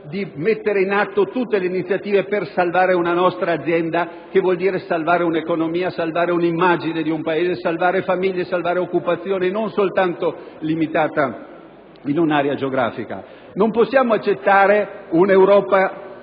Non possiamo accettare un'Europa